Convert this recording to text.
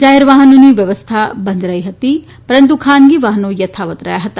જાહેર વાહનોની વ્યવસ્થા બંધ કરી હતી પરંતુ ખાનગી વાહનો યથાવત રહ્યાં હતા